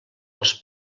als